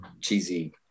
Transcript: cheesy